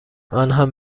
آنهم